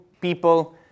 people